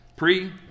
Pre